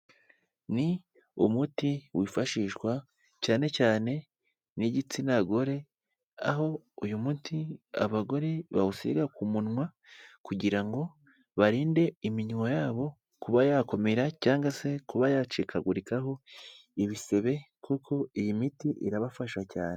Ni umuti wifashishwa cyane cyane n'igitsina gore, aho uyu muti abagore bawusiga ku munwa kugira ngo barinde iminwa yabo kuba yakomera cyangwa se kuba yacikagurikaho ibisebe kuko iyi miti irabafasha cyane.